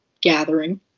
gathering